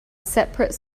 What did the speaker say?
separate